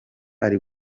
ari